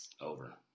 Over